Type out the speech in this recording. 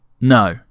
No